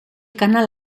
canal